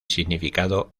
significado